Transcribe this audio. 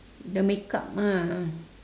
the makeup ah